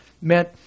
meant